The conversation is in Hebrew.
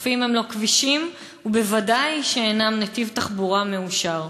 החופים הם לא כבישים ובוודאי אינם נתיב תחבורה מאושר.